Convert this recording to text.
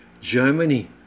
Germany